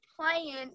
playing